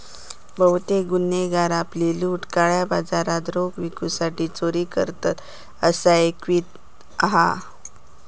बहुतेक गुन्हेगार आपली लूट काळ्या बाजारात रोख विकूसाठी चोरी करतत, असा ऐकिवात हा